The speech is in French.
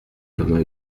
comme